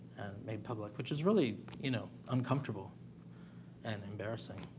made public, which is really, you know, uncomfortable and embarrassing.